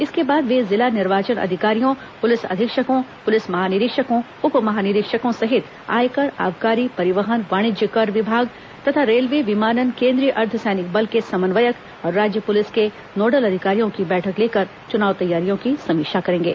इसके बाद वे जिला निर्वाचन अधिकारियों पुलिस अधीक्षकों पुलिस महानिरीक्षकों उप महानिरीक्षकों सहित आयकर आबकारी परिवहन वाणिज्यिक कर विभाग तथा रेल्वे विमानन केन्द्रीय अर्द्व सैनिक बल के समन्वयक और राज्य पुलिस के नोडल अधिकारियों की बैठक लेकर चुनाव तैयारियों की समीक्षा करेंगे